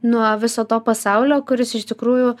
nuo viso to pasaulio kuris iš tikrųjų